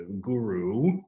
guru